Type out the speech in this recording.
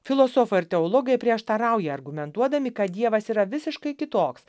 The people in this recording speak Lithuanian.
filosofai ir teologai prieštarauja argumentuodami kad dievas yra visiškai kitoks